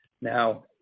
Now